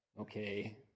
Okay